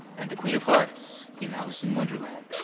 and the queen of hearts in alice in wonderland.